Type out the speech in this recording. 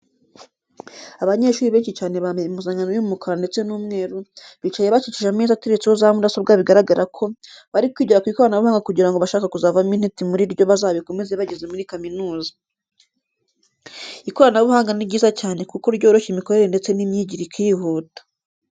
Abanyeshuri benshi cyane bambaye impuzankano y'umukara ndetse n'umweru, bicaye bakikije ameza ateretseho za mudasobwa bigaragara ko bari kwigira ku ikoranabuhanga kugira ngo abashaka kuzavamo intiti muri ryo bazabikomeze bageze muri kaminuza. Ikoranabuhanga ni ryiza cyane kuko ryoroshya imikorere ndetse n'imyigire ikihuta.